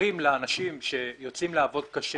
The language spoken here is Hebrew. אומרים לאנשים שיוצאים לעבוד קשה